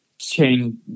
chain